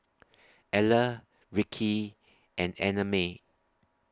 Eller Rickie and Annamae